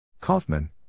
Kaufman